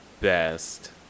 best